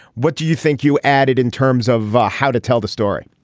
what do you think you added in terms of how to tell the story